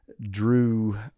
drew